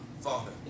Father